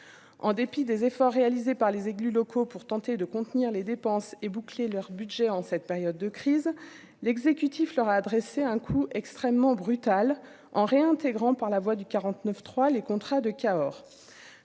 en dépit des efforts réalisés par les élus locaux pour tenter de contenir les dépenses et boucler leur budget en cette période de crise, l'exécutif leur a adressé un coup extrêmement brutale en réintégrant par la voix du 49 3 les contrats de Cahors,